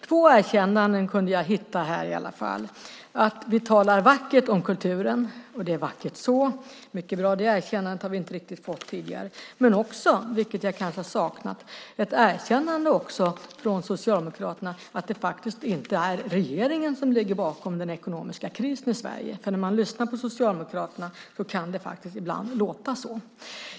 Två erkännanden kunde jag höra, dels att vi talar vackert om kulturen, och det är vackert så, för det erkännandet har vi inte riktigt fått tidigare, dels, vilket jag kanske har saknat, ett erkännande från Socialdemokraterna att det faktiskt inte är regeringen som ligger bakom den ekonomiska krisen i Sverige. När man lyssnar på Socialdemokraterna kan det ibland låta så.